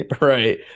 right